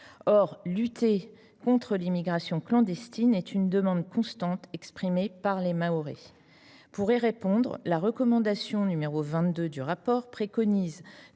Or lutter contre l’immigration clandestine est une demande constante exprimée par les Mahorais. Pour y répondre, la recommandation n° 22 dudit rapport vise